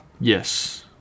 Yes